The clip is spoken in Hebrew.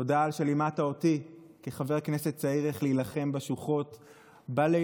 תודה על שלימדת אותי כחבר כנסת צעיר איך להילחם בשוחות בלילות,